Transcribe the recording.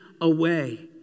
away